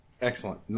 Excellent